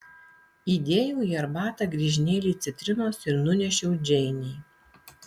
įdėjau į arbatą griežinėlį citrinos ir nunešiau džeinei